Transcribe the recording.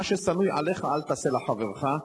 מה ששנוא עליך אל תעשה לחברך,